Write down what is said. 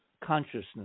consciousness